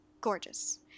gorgeous